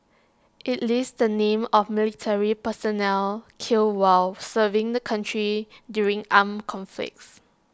IT lists the names of military personnel killed while serving the country during armed conflicts